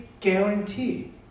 guarantee